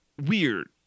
weird